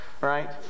right